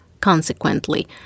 Consequently